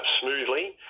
smoothly